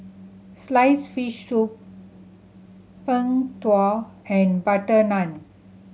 sliced fish soup Png Tao and butter naan